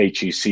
HEC